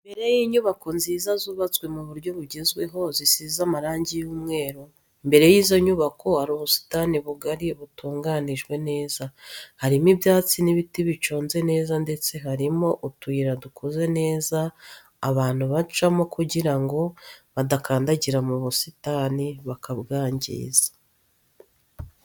Imbere y'inyubako nziza zubatswe mu buryo bugezweho zisize amarangi y'umweru, imbere y'izo nyubako hari ubusitani bugari butunganyijwe neza, harimo ibyatsi n'ibiti biconze neza ndetse harimo utuyira dukoze neza abantu bacamo kugira ngo badakandagira mu busitani bakabwangiza.